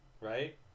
right